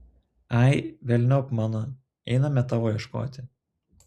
ai velniop mano einame tavo ieškoti